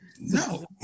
no